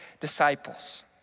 disciples